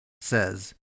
says